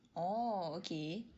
oh okay